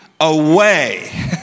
away